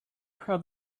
had